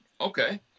Okay